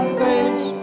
face